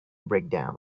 breakdown